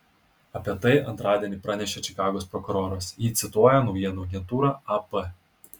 apie tai antradienį pranešė čikagos prokuroras jį cituoja naujienų agentūra ap